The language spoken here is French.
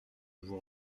vous